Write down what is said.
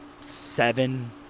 seven